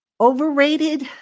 Overrated